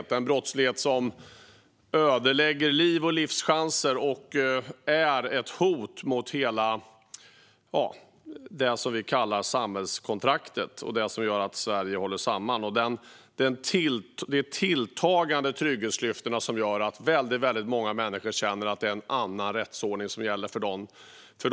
Det är en brottslighet som ödelägger liv och livschanser och är ett hot mot allt det vi kallar samhällskontraktet och det som gör att Sverige håller samman. Tilltagande trygghetsklyftor gör att väldigt många människor känner att det är en annan rättsordning som gäller för dem.